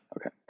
okay